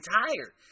tired